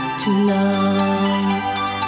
tonight